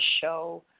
show